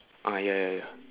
ah ya ya ya